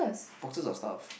boxes of stuff